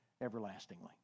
everlastingly